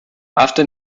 after